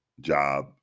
job